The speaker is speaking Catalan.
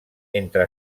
entre